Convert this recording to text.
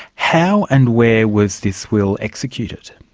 how and where was this will executed?